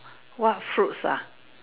what fruits ah